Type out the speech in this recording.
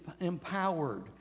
empowered